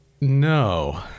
No